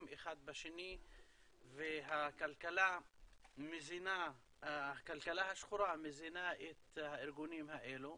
אחד בשני והכלכלה השחורה מזינה את הארגונים האלה.